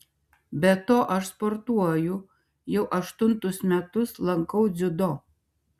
be to aš sportuoju jau aštuntus metus lankau dziudo